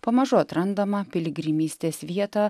pamažu atrandamą piligrimystės vietą